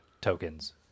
tokens